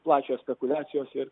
plačios spekuliacijos ir